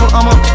I'ma